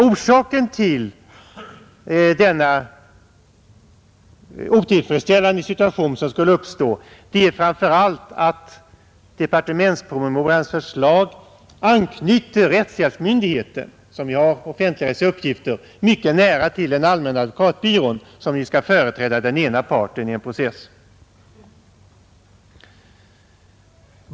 Orsaken till den otillfredsställande situation som skulle uppstå är framför allt att departementspromemorians förslag anknyter rättshjälpsmyndigheten, som ju har offentligrättsliga uppgifter, mycket nära till den allmänna advokatbyrån som ju skall företräda den ena parten i en process.